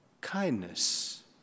kindness